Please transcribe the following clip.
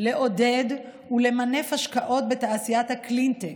כדי לעודד ולמנף השקעות בתעשיית הקלינטק,